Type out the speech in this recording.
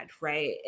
right